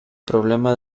problema